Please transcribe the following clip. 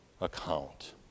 account